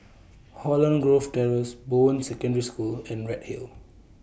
Holland Grove Terrace Bowen Secondary School and Redhill